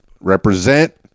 represent